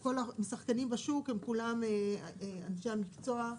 שכל השחקנים בשוק הם כולם אנשי המקצוע.